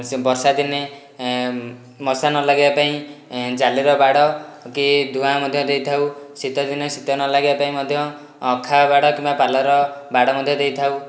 ସେ ବର୍ଷା ଦିନେ ମଶା ନ ଲାଗିବ ପାଇଁ ଜାଲିର ବାଡ଼ କି ଧୁଆଁ ମଧ୍ୟ ଦେଇଥାଉ ଶୀତ ଦିନେ ଶୀତ ନ ଲାଗିବ ପାଇଁ ମଧ୍ୟ ଅଖା ବାଡ଼ କିମ୍ବା ପାଲର ବାଡ଼ ମଧ୍ୟ ଦେଇଥାଉ